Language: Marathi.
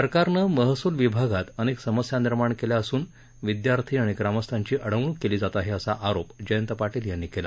सरकारनं महसूल विभागात अनेक समस्या निर्माण केल्या असून विध्यार्थी आणि ग्रामस्थांची अडवणूक केली जात आहे असा आरोप जयंत पाटील यांनी केला